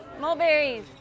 Mulberries